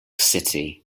city